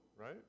right